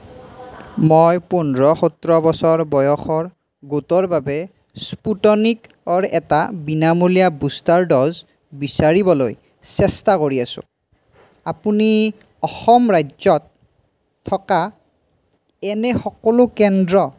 মই পোন্ধৰ সোতৰ বছৰ বয়সৰ গোটৰ বাবে স্পুটনিকৰ এটা বিনামূলীয়া বুষ্টাৰ ড'জ বিচাৰিবলৈ চেষ্টা কৰি আছোঁ আপুনি অসম ৰাজ্যত থকা এনে সকলো কেন্দ্ৰ